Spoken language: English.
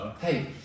hey